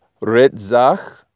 Ritzach